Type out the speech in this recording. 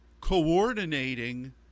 coordinating